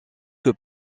que